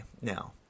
now